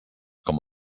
com